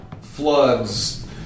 Floods